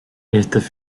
estas